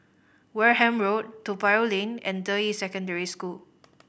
Wareham Road Toa Payoh Lane and Deyi Secondary School